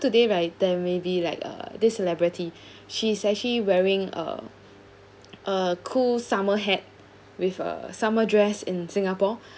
today right then maybe like uh this celebrity she's actually wearing uh a cool summer hat with a summer dress in singapore